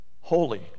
holy